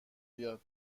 بیاد